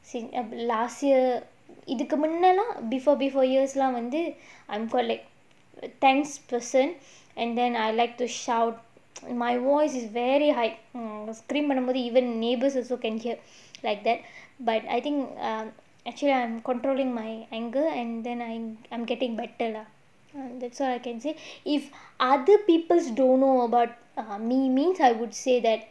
since err last year இதுக்கு முன்னனா:idhukku munnanaa before before வந்து:vandhu I'm quite like a tense person and then I like to shout my voice is very high mm மாதிரி:maadhiri even neighbours also can hear like that but I think um actually I'm controlling my anger and then I'm I'm getting better lah that's all I can say if other people don't know about err me means I would say that